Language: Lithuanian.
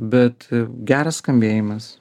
bet geras skambėjimas